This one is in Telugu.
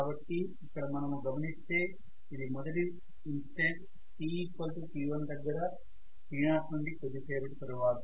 కాబట్టి ఇక్కడ మనము గమనిస్తే ఇది మొదటి ఇన్స్టెంట్ t t1 దగ్గర t0 నుండి కొద్దిసేపటి తరువాత